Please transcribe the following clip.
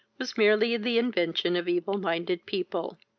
was merely the invention of evil-minded people